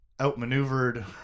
outmaneuvered